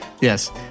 Yes